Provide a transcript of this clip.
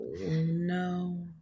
no